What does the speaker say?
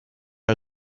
are